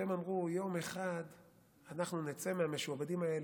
והם אמרו: יום אחד אנחנו נצא מהשעבודים האלה,